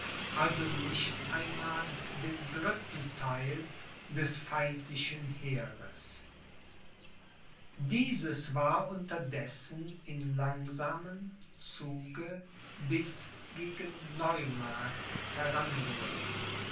also nicht einmal den dritten theil des feindlichen heers dieses war unterdessen in langsamem zuge bis gegen neumarkt herangerückt